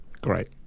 Great